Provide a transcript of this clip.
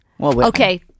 Okay